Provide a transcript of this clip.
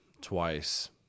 twice